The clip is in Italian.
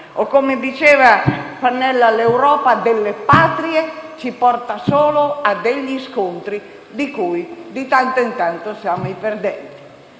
o, come diceva Pannella, l'Europa delle patrie, ci porta solo a degli scontri di cui, di tanto in tanto siamo i perdenti.